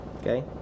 Okay